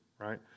right